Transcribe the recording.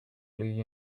blue